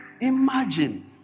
imagine